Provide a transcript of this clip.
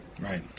Right